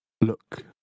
look